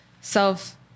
self